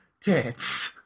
tits